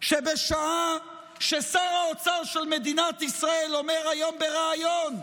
שבשעה ששר האוצר של מדינת ישראל אומר היום בריאיון,